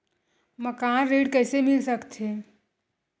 मकान ऋण कइसे मिल सकथे?